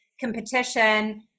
competition